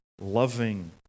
loving